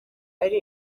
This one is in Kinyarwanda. ari